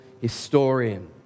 historian